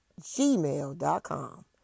gmail.com